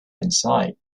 inside